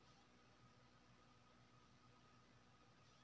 सुखाड़ि केर खेती पर नेगेटिव असर परय छै